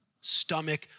Stomach